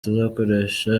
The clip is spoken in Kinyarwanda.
tuzakoresha